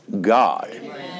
God